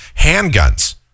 handguns